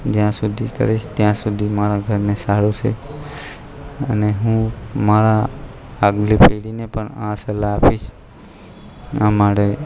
જ્યાં સુધી કરીશ ત્યાં સુધી મારા ઘરને સારું છે અને હું મારા આગલી પેઢીને પણ આ સલાહ આપીશ આ મારે